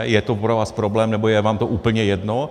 Je to pro vás problém, nebo je vám to úplně jedno?